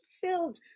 filled